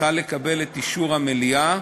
צריכה לקבל את אישור המליאה,